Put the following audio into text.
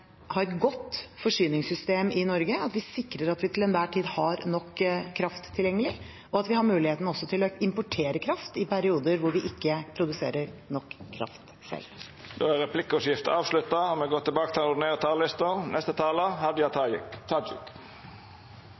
et godt forsyningssystem i Norge, at vi sikrer at vi til enhver tid har nok kraft tilgjengelig, og at vi har muligheten til å importere kraft i perioder da vi ikke produserer nok kraft selv. Replikkordskiftet er avslutta. Denne regjeringa vil verta hugsa for to ting: for det fyrste at ho er bygd på viljen til